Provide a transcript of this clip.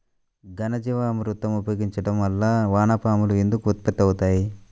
ఘనజీవామృతం ఉపయోగించటం వలన వాన పాములు ఎందుకు ఉత్పత్తి అవుతాయి?